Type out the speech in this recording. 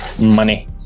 money